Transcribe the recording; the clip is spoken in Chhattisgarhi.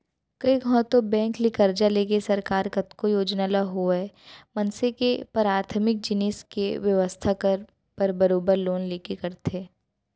कइ घौं तो बेंक ले करजा लेके सरकार कतको योजना ल होवय मनसे के पराथमिक जिनिस के बेवस्था बर बरोबर लोन लेके करथे